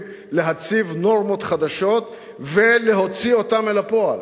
להציב נורמות חדשות ולהוציא אותן אל הפועל.